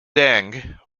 deng